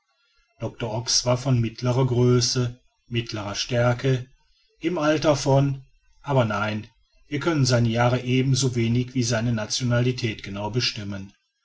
doctor ox war von mittlerer größe mittlerer stärke im alter von aber nein wir können seine jahre ebenso wenig wie seine nationalität genau bestimmen